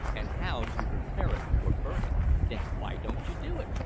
and how to prepare it for burning then why don't you do it?